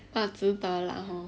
but 值得 lah hor